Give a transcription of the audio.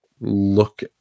look